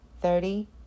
Thirty